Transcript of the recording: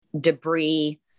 Debris